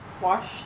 Wash